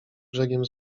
brzegiem